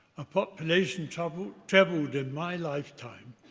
a population trebled trebled in my lifetime